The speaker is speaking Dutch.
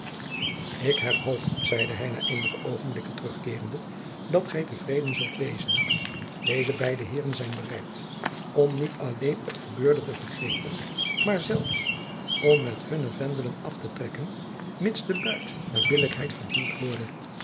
ik heb hoop zeide hij na eenige oogenblikken terugkeerende dat gij tevreden zult wezen deze beide heeren zijn bereid om niet jacob van lennep de pleegzoon alleen het gebeurde te vergeten maar zelfs om met hunne vendelen af te trekken mits de buit naar billijkheid verdeeld worde